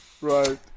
Right